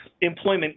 employment